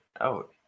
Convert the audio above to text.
out